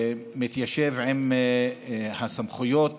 מתיישב עם הסמכויות